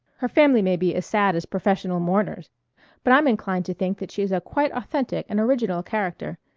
her family may be as sad as professional mourners but i'm inclined to think that she's a quite authentic and original character.